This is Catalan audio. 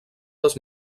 les